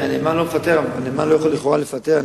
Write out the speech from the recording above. הנאמן לא מפטר, הנאמן לא יכול לכאורה לפטר.